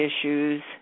issues